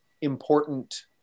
important